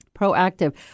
Proactive